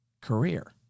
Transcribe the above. career